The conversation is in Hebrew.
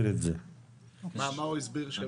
מה ההסבר?